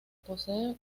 posee